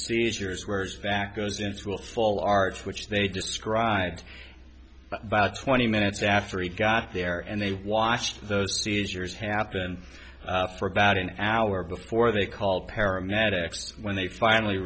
seizures where as back goes into will fall arch which they described about twenty minutes after he got there and they watched those seizures happened for about an hour before they called paramedics when they finally